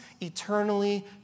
eternally